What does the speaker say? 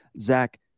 Zach